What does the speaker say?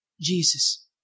Jesus